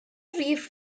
rhif